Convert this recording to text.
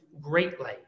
greatly